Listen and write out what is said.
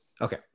Okay